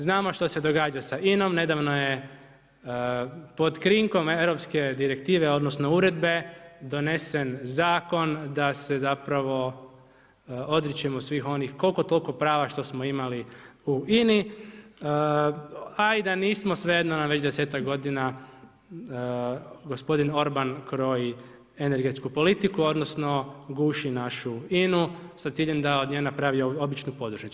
Znamo što se događa sa INA-om, nedavno je pod krinkom europske direktive, odnosno, uredbe, donesen zakon, da se zapravo odričemo svih onih koliko toliko prava što smo imali u INA-i, a i da nismo svejedno nam već 10-tak godina, gospodin Orban kroji energetsku politiku, onda, guši našu INA-u, s ciljem da od nje napravi običnu podružnicu.